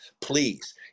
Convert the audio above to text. Please